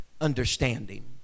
understanding